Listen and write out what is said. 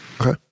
Okay